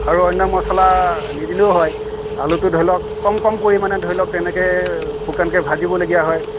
আৰু অন্য মচলা নিদিলেও হয় আলুটো ধৰি লওক কম কম পৰিমাণে ধৰি লওক তেনেকৈয়ে শুকানকৈ ভাজিবলগীয়া হয়